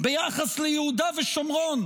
ביחס ליהודה ושומרון